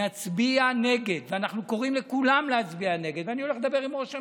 נצביע נגד, ואנחנו קוראים לכולם להצביע נגד.